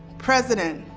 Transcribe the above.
president,